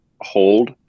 hold